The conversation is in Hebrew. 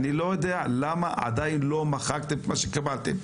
אני לא יודע למה עדיין לא מחקתם את מה שקיבלתם.